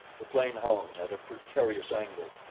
the plane hung at a precarious angle,